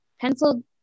pencil